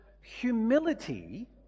humility